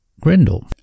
Grendel